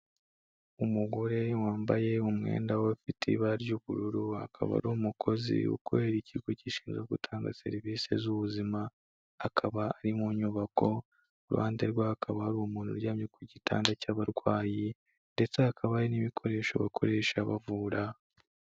Umugore wambaye umwenda ufite ibara ry'ubururu, akaba ari umukozi ukorera ikigo gishinzwe gutanga serivisi z'ubuzima, akaba ari mu nyubako, iruhande rwe hakaba hari umuntu uryamye ku gitanda cy'abarwayi ndetse hakaba hari n'ibikoresho bakoresha bavura.